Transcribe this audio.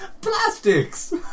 Plastics